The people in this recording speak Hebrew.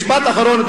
משפט אחרון.